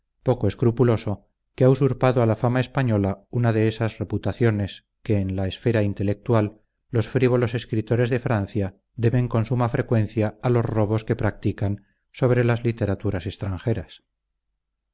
poco escrupuloso que ha usurpado a la fama española una de esas reputaciones que en la esfera intelectual los frívolos escritores de francia deben con suma frecuencia a los robos que practican sobre las literaturas extranjeras